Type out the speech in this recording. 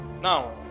now